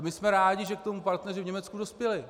My jsme rádi, že k tomu partneři v Německu dospěli.